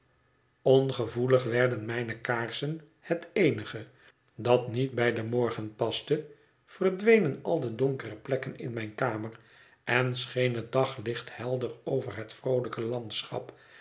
werden mijne kaarsen het eenige dat niet bij den morgen paste verdwenen al de donkere plekken in mijne kamer en scheen het daglicht helder over het vroolijke landschap